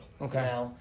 Okay